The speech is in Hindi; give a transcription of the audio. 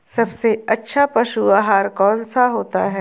सबसे अच्छा पशु आहार कौन सा होता है?